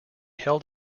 held